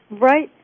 right